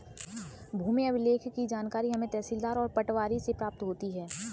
भूमि अभिलेख की जानकारी हमें तहसीलदार और पटवारी से प्राप्त होती है